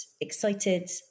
excited